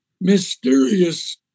mysterious